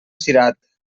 cirat